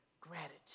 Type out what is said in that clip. Gratitude